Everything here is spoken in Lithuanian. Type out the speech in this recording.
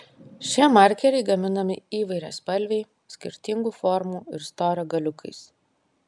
šie markeriai gaminami įvairiaspalviai skirtingų formų ir storio galiukais